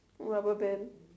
rubber band